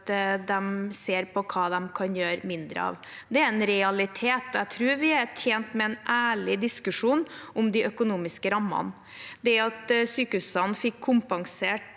for å se på hva de kan gjøre mindre av. Det er en realitet, og jeg tror vi er tjent med en ærlig diskusjon om de økonomiske rammene. Det at sykehusene fikk kompensert